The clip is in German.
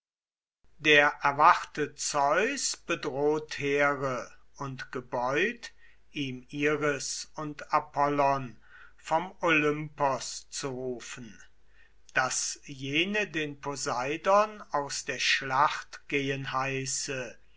der erwachte zeus bedroht here und gebeut ihm iris und apollon vom olympos zu rufen daß jene den poseidon aus der schlacht gehen heiße